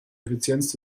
effizienz